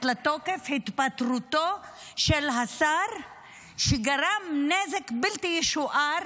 לתוקף התפטרותו של השר שגרם נזק בלתי ישוער,